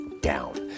down